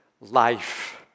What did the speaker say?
Life